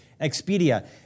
Expedia